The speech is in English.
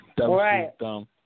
Right